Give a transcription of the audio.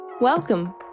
Welcome